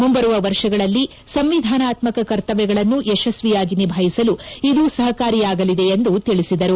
ಮುಂಬರುವ ವರ್ಷಗಳಲ್ಲಿ ಸಂವಿಧಾನಾತ್ಸಕ ಕರ್ತವ್ಯಗಳನ್ನು ಯಶಸ್ತಿಯಾಗಿ ನಿಭಾಯಿಸಲು ಇದು ಸಹಕಾರಿಯಾಗಲಿದೆ ಎಂದು ತಿಳಿಸಿದರು